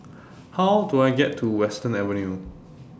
How Do I get to Western Avenue